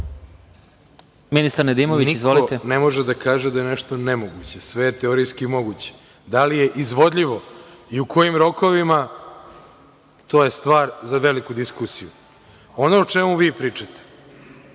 **Branislav Nedimović** Niko ne može da kaže da je nešto nemoguće, sve je teorijski moguće. Da li je izvodljivo i u kojim rokovima, to je stvar za veliku diskusiju. Ono o čemu vi pričate,